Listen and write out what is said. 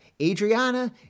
Adriana